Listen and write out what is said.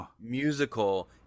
musical